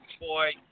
boy